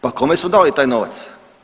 Pa kome smo dali taj novac?